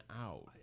out